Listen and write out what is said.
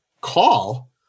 call